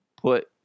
put